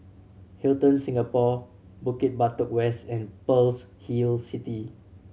Hilton Singapore Bukit Batok West and Pearl's Hill City